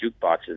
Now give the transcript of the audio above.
jukeboxes